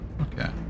Okay